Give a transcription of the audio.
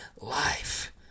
life